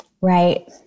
Right